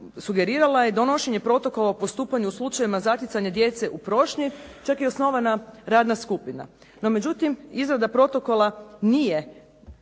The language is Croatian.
sugerirala je donošenje Protokola o postupanju u slučajevima zatjecanja djece u prošnji, čak je osnovana radna skupina. No međutim, izrada protokola nije,